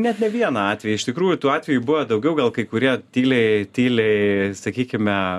net ne vieną atvejį iš tikrųjų tų atvejų buvę daugiau gal kai kurie tyliai tyliai sakykime